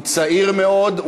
הוא צעיר מאוד,